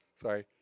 Sorry